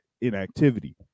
inactivity